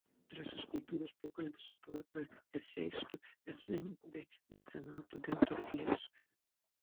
antrasis kultūros pokalbis su poetu eseistu verslininku bei mecenatu gintaru bleizgiu